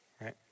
Right